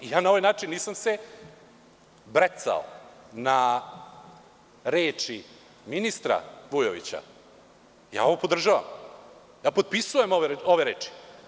Na ovaj način nisam se brecao na reči ministra Vujovića, ja ovo podržavam, ja potpisujem ove reči.